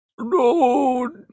No